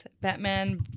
batman